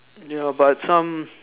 ya but some